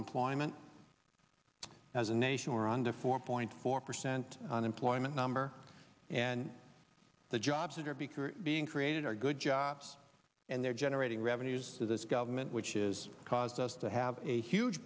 employment as a nation we're under four point four percent unemployment number and the jobs that are bickering being created are good jobs and they're generating revenues to this government which is cause us to have a huge